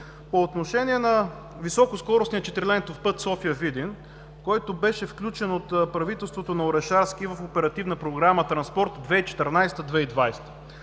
по отношение на високоскоростния четирилентов път София - Видин, който беше включен от правителството на Орешарски в Оперативна програма „Транспорт 2014 – 2020“.